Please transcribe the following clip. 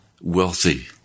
wealthy